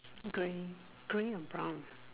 doing doing a brown